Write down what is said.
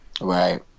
right